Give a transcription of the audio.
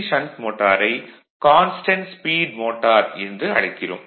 shunt மோட்டாரை constant speed motor என்று அழைக்கிறோம்